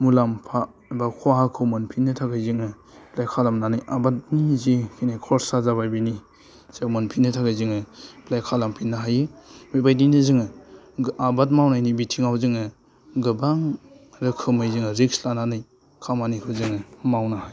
मुलाम्फा बा खहाखौ मोनफिननो थाखाय जोङो एप्लाइ खालामनानै आबादनि जे बिनि खरसा जाबाय बिनि जों मोनफिननो थाखाय जोङो एप्लाइ खालामफिननो हायो बेबायदिनो जोङो आबाद मावनायनि बिथिङाव जोङो गोबां रोखोमै जोङो रिस्क लानानै खामानिखौ जोङो मावनो हायो